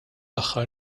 aħħar